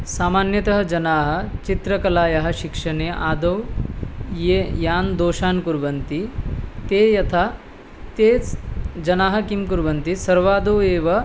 सामान्यतः जनाः चित्रकलायाः शिक्षणे आदौ ये यान् दोषान् कुर्वन्ति ते यथा ते जनाः किं कुर्वन्ति सर्वादौ एव